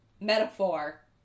Metaphor